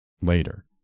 later